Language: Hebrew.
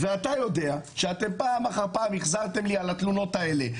ואתה יודע שאתם פעם אחר פעם החזרתם לי על התלונות האלה.